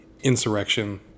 insurrection